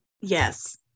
Yes